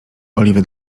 oliwy